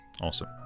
Awesome